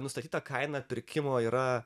nustatyta kaina pirkimo yra